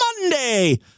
Monday